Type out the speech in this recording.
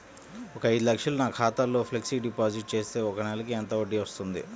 ఒక ఐదు లక్షలు నా ఖాతాలో ఫ్లెక్సీ డిపాజిట్ చేస్తే ఒక నెలకి ఎంత వడ్డీ వర్తిస్తుంది?